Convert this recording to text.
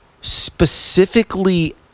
specifically